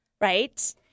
right